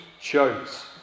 chose